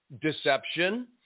deception